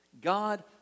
God